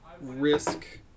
risk